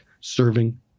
serving